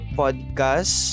podcast